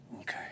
okay